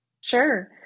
Sure